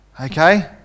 Okay